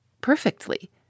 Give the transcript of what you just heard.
Perfectly